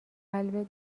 قلبت